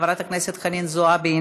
חברת הכנסת חנין זועבי,